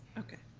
okay.